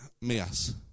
mess